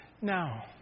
Now